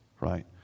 right